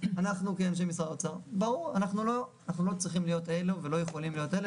כאנשי משרד האוצר לא יכולים להיות אלה